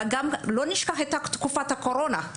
בוא לא נשכח את תקופת הקורונה.